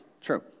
True